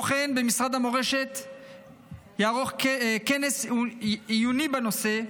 כמו כן, משרד המורשת יערוך כנס עיוני בנושא.